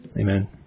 Amen